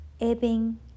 ebbing